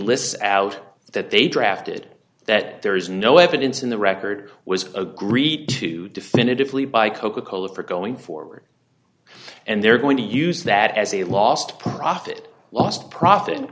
lists out that they drafted that there is no evidence in the record was agreed to definitively by coca cola for going forward and they're going to use that as a lost profit lost profit and